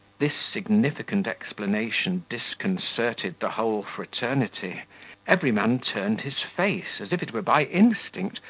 this significant explanation disconcerted the whole fraternity every man turned his face, as if it were by instinct,